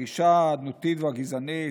הגישה האדנותית והגזענית